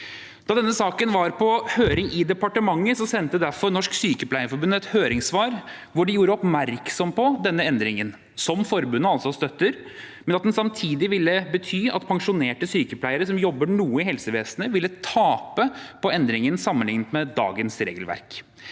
Da denne saken var på høring i departementet, sendte derfor Norsk Sykepleierforbund et høringssvar hvor de gjorde oppmerksom på denne endringen, som forbundet altså støtter, og at den ville bety at pensjonerte sykepleiere som jobber noe i helsevesenet, ville tape på endringen sammenlignet med dagens regelverk.